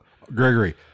gregory